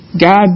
God